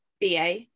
BA